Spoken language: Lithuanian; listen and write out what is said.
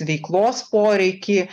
veiklos poreikį